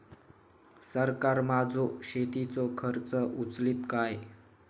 सरकार माझो शेतीचो खर्च उचलीत काय?